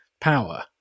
power